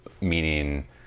meaning